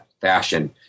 fashion